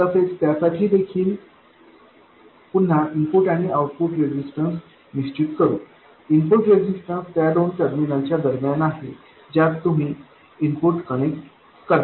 तसेच त्यासाठी देखील पुन्हा इनपुट आणि आउटपुट रेजिस्टन्स निश्चित करू इनपुट रेजिस्टन्स त्या दोन टर्मिनल्सच्या दरम्यान आहे ज्यात तुम्ही इनपुट कनेक्ट करता